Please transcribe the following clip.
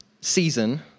season